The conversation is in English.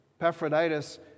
Paphroditus